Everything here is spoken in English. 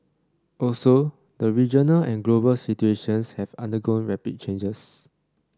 also the regional and global situations have undergone rapid changes